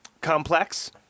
complex